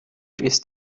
ist